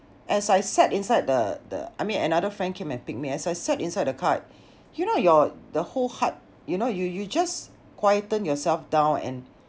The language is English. as I sat inside the the I mean another friend came and pick me as I sat inside the car you know your the whole heart you know you you just quieten yourself down and